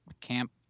camp